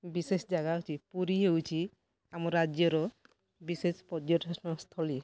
ବିଶେଷ ଜାଗା ଅଛି ପୁରୀ ହେଉଛି ଆମ ରାଜ୍ୟର ବିଶେଷ ପର୍ଯ୍ୟଟନସ୍ଥଳୀ